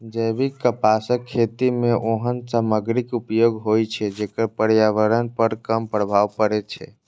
जैविक कपासक खेती मे ओहन सामग्रीक उपयोग होइ छै, जेकर पर्यावरण पर कम प्रभाव पड़ै छै